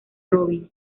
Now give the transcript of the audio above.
robin